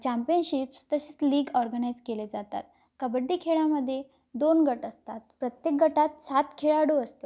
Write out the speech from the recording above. championships तसेच league organize केले जातात कबड्डी खेळामध्ये दोन गट असतात प्रत्येक गटात सात खेळाडू असतो